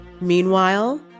Meanwhile